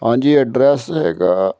ਹਾਂਜੀ ਐਡਰੈਸ ਹੈਗਾ